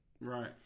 Right